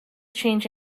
change